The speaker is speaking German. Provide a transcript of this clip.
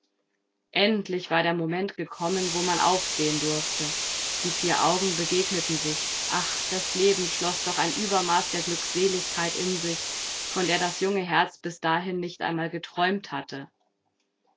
endlich war der moment gekommen wo man aufsehen durfte die vier augen begegneten sich ach das leben schloß doch ein uebermaß der glückseligkeit in sich von der das junge herz bis dahin nicht einmal geträumt hatte